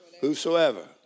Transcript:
whosoever